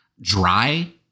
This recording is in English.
dry